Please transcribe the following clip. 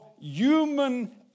human